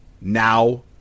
now